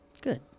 Good